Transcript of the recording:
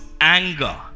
anger